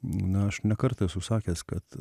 na aš ne kartą esu sakęs kad